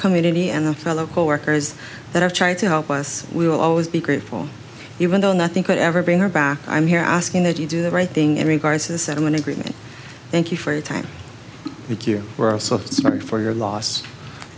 community and the fellow coworkers that have tried to help us we will always be grateful even though nothing could ever bring her back i'm here asking that you do the right thing in regards to the settlement agreement thank you for your time that you were so sorry for your loss